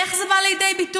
איך זה בא לידי ביטוי?